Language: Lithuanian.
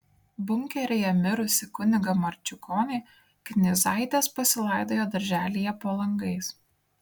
bunkeryje mirusį kunigą marčiukonį knyzaitės pasilaidojo darželyje po langais